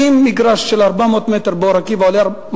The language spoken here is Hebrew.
אם מגרש של 400 מטר באור-עקיבא